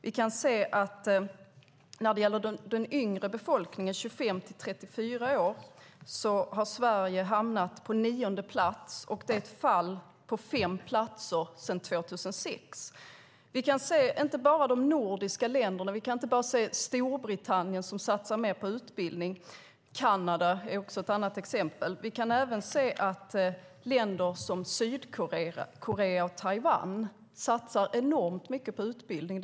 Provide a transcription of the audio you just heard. Vi kan när det gäller den yngre befolkningen, 25-34 år, se att Sverige har hamnat på nionde plats. Det är ett fall på fem platser sedan 2006. Vi kan inte bara se att de nordiska länderna, Storbritannien och Kanada satser mer på utbildning, vi kan även se att länder som Sydkorea och Taiwan satsar enormt mycket på utbildning.